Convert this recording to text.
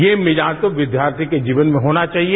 ये मिजाज तो विद्यार्थी के जीवन में होना चाहिए